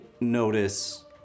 notice